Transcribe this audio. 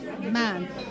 man